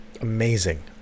Amazing